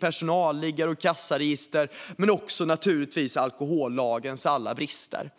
personalliggare och kassaregister. Det handlar givetvis också om alkohollagens alla brister.